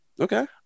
Okay